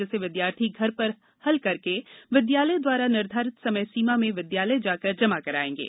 जिसे विद्यार्थी घर पर हल करके विद्यालय द्वारा निर्धारित समय सीमा में विद्यालय जाकर जमा करवाएंगे